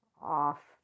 off